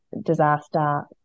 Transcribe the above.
disaster